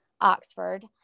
Oxford